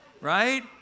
right